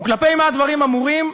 כלפי מה הדברים אמורים?